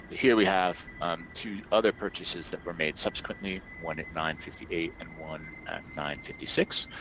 but here we have two other purchases that were made subsequently, one at nine fifty eight and one at nine fifty six.